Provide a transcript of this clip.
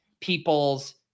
people's